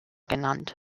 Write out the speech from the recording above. genannt